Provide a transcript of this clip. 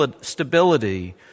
stability